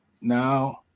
Now